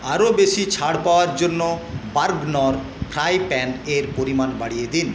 আরও বেশি ছাড় পাওয়ার জন্য বার্গনর ফ্রাই প্যানের পরিমাণ বাড়িয়ে দিন